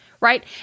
Right